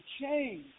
change